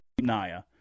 Naya